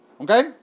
okay